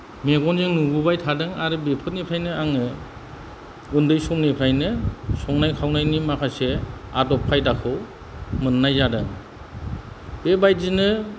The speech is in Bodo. मेगनजों नुबोबाय थादों आरो बेफोरनिफ्रायनो आङो उन्दै समनिफ्रायनो संनाय खावनायनि माखासे आदब खायदाखौ मोननाय जादों बेबायदिनो